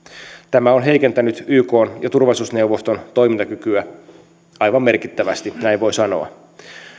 tämä on heikentänyt ykn ja turvallisuusneuvoston toimintakykyä aivan merkittävästi näin voi sanoa